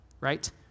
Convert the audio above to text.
Right